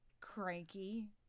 cranky